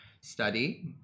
Study